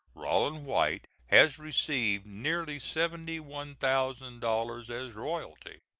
rollin white has received nearly seventy one thousand dollars as royalty.